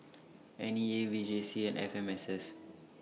N E A V J C and F M S S